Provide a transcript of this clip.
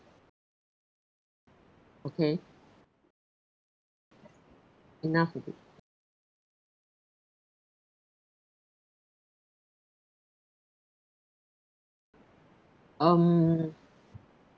okay enough already um